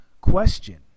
question